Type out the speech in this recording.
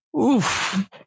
Oof